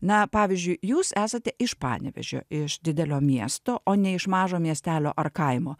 na pavyzdžiui jūs esate iš panevėžio iš didelio miesto o ne iš mažo miestelio ar kaimo